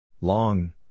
Long